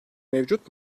mevcut